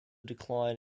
decline